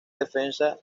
defensa